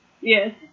Yes